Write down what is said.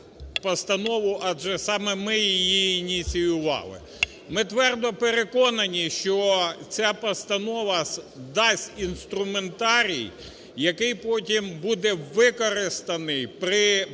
постанову, адже саме ми її і ініціювали. Ми твердо переконані, що ця постанова дасть інструментарій, який потім буде використаний при